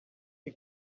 you